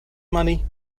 money